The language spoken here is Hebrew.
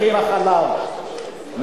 מחיר החלב,